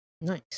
nice